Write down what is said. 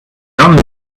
only